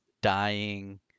dying